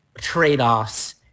trade-offs